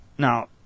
Now